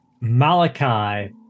Malachi